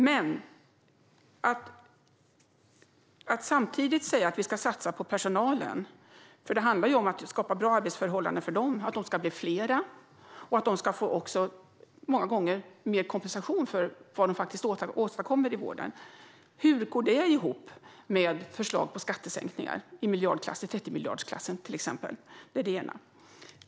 Man säger att man ska satsa på personalen - för det handlar ju om att skapa bra arbetsförhållanden för dem, att de ska bli fler och att de också ska få mer kompensation för vad de faktiskt åstadkommer i vården - men hur går det ihop med skattesänkningar i 30-miljardersklassen?